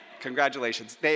Congratulations